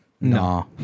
No